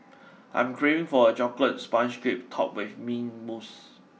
I'm craving for a chocolate sponge cake topped with mint mousse